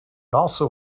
also